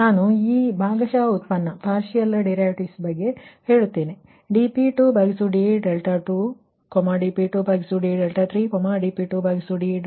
ಆದ್ದರಿಂದ p ಯ ಬಗ್ಗೆ ಮತ್ತೆ ಮತ್ತೆ ಹೇಳುತ್ತಿಲ್ಲ ಆದರೆ ನೀವು ಅದನ್ನು ಎಲ್ಲೆಡೆ ನೋಡಬಹುದು p ಎಂದರೆ ಪುನರಾವರ್ತನೆ ಎಣಿಕೆ ನಾನು ಈ ಪಾರ್ಶಲ್ ಡಿರೈವಿಟಿ ದ ಬಗ್ಗೆ ಹೇಳುತ್ತೇನೆ